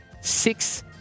six